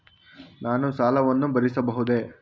ನಾನು ಸಾಲವನ್ನು ಭರಿಸಬಹುದೇ?